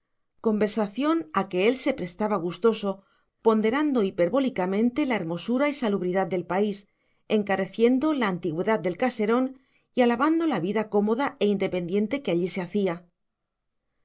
conversación a que él se prestaba gustoso ponderando hiperbólicamente la hermosura y salubridad del país encareciendo la antigüedad del caserón y alabando la vida cómoda e independiente que allí se